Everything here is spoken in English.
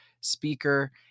speaker